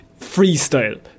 freestyle